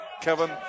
Kevin